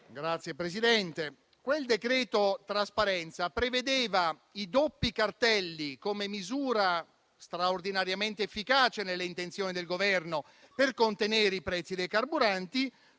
signora Presidente. Quel decreto trasparenza prevedeva i doppi cartelli come misura straordinariamente efficace, nelle intenzioni del Governo, per contenere i prezzi dei carburanti: